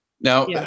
Now